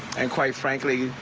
and quite frankly,